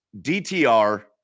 DTR